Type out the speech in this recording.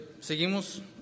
seguimos